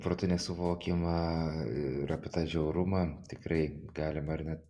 protu nesuvokiamą ir apie tą žiaurumą tikrai galima ar ne